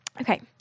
Okay